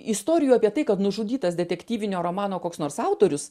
istorijų apie tai kad nužudytas detektyvinio romano koks nors autorius